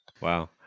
Wow